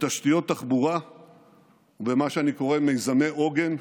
בתשתיות תחבורה ובמה שאני קורא מיזמי עוגן,